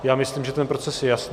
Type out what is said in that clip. Já myslím, že ten proces je jasný.